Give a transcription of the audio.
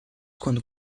quando